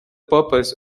purpose